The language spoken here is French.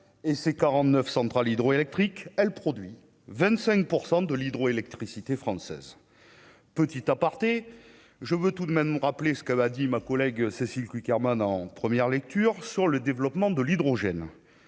et ses 49 centrales hydroélectriques, elle produit 25 % de l'hydroélectricité française petit aparté, je veux tout de même rappeler ce que m'a dit ma collègue Cécile Cukierman, en première lecture sur le développement de l'hydrogène,